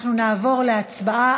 אנחנו נעבור להצבעה.